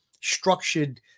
structured